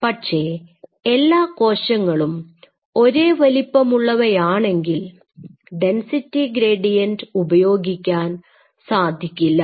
പക്ഷേ എല്ലാ കോശങ്ങളും ഒരേ വലിപ്പമുള്ളവയാണെങ്കിൽ ഡെൻസിറ്റി ഗ്രേഡിയന്റ് ഉപയോഗിക്കാൻ സാധിക്കില്ല